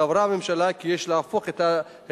סברה הממשלה כי יש להפוך את ההסדרים